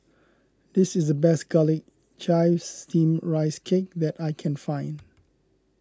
this is the best Garlic Chives Steamed Rice Cake that I can find